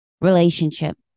Relationship